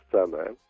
summer